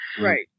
Right